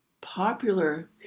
popular